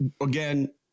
Again